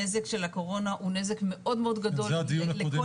הנזק של הקורונה הוא נזק מאוד גדול לכל